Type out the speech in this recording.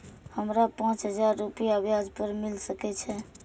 हमरा पाँच हजार रुपया ब्याज पर मिल सके छे?